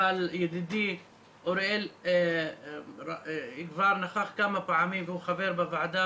אבל ידידי אוריאל כבר נכח כמה פעמים והוא חבר בוועדה